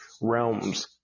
realms